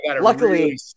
Luckily